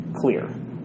clear